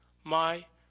my,